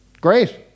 great